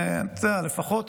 לפחות